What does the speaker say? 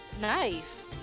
Nice